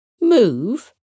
move